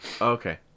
Okay